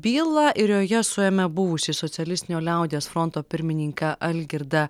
bylą ir joje suėmė buvusį socialistinio liaudies fronto pirmininką algirdą